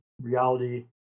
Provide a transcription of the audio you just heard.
reality